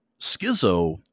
Schizo